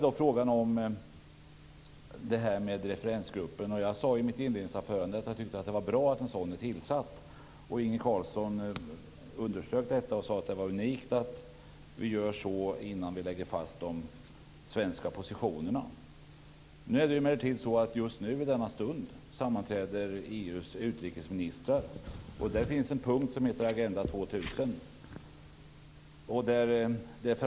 I frågan om referensgruppen sade jag i mitt inledningsanförande att jag tyckte att det var bra att en sådan tillsatts. Inge Carlsson underströk detta och sade att det är unikt att en sådan tillsätts innan vi lägger fast de svenska positionerna. Det är emellertid så att EU:s utrikesministrar sammanträder just i denna stund, och en punkt på deras möte är Agenda 2000.